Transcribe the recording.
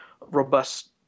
robust